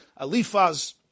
Alifaz